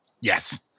Yes